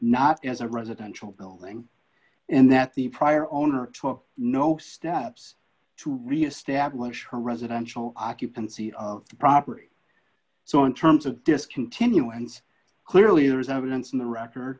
not as a residential building and that the prior owner took no steps to reestablish her residential occupancy of the property so in terms of discontinuance clearly there is evidence in the record